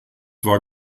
war